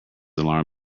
alarming